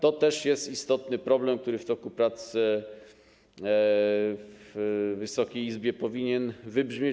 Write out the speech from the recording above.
To też jest istotny problem, który w toku prac w Wysokiej Izbie powinien wybrzmieć.